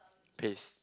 paste